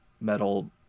metal